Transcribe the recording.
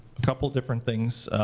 a couple of different things.